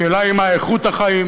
השאלה היא מה איכות החיים